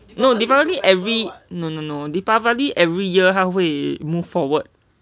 no deepavali every no no no deepavali every year 他会 move forward